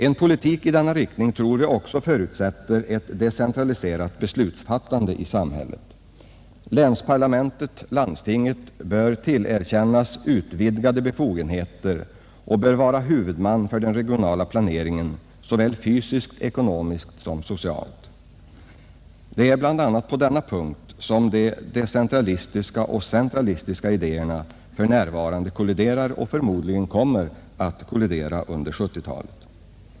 En politik i denna riktning tror vi också förutsätter ett decentraliserat beslutsfattande i samhället. Länsparlamenten — landstingen — bör tillerkännas utvidgade befogenheter och bör vara huvudmän för den regionala planeringen, såväl fysiskt och ekonomiskt som socialt. Det är bl.a. på denna punkt som de decentralistiska och centralistiska idéerna kolliderar och förmodligen kommer att kollidera under 1970-talet.